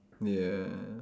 ya